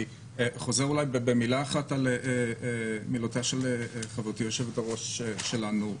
אני חוזר במילה על מילותיה של חברתי היושבת-ראש שלנו.